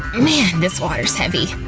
man, this water's heavy!